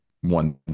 one